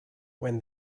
when